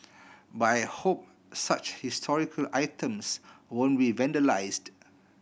but I hope such historical items won't be vandalised